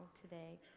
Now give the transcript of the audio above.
today